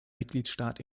mitgliedstaat